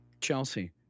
Chelsea